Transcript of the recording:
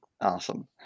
Awesome